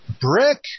Brick